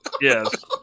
Yes